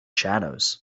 shadows